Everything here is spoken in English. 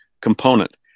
component